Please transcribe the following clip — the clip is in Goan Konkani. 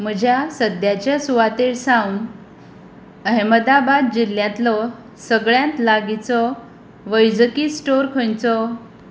म्हज्या सद्याच्या सुवातेर सावन अहमदाबाद जिल्ल्यातलो सगळ्यांत लागींचो वैजकी स्टोर खंयचो